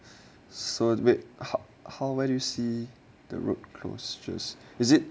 so wait 好好 where do you see the road closures is it